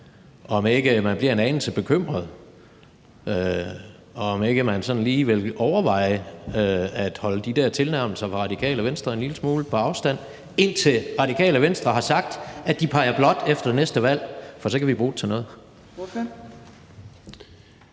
om ikke man bliver en anelse bekymret, og om ikke man sådan lige vil overveje at holde de der tilnærmelser fra Radikale Venstre en lille smule på afstand, indtil Radikale Venstre har sagt, at de peger blåt efter næste valg? For så kan vi bruge det til noget.